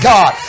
God